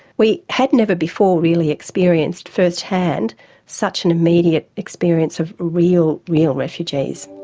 we had never before really experienced first hand such an immediate experience of real, real refugees.